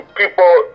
people